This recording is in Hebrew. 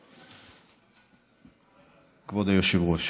כבוד היושב-ראש,